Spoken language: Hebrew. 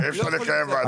מקצועית.